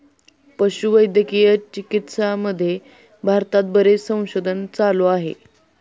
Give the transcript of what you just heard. पशुवैद्यकीय चिकित्सामध्ये भारतात बरेच संशोधन चालू आहे